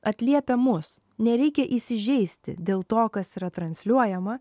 atliepia mus nereikia įsižeisti dėl to kas yra transliuojama